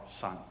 Son